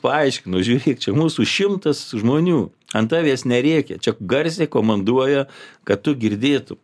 paaiškino žiūrėk čia mūsų šimtas žmonių ant tavęs nerėkia čia garsiai komanduoja kad tu girdėtum